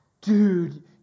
dude